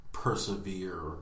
Persevere